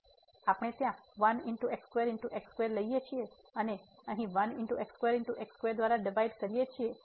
તેથી આપણે ત્યાં 1 લઈએ છીએ અને અહીં 1 દ્વારા ડિવાઈડ કરીએ છીએ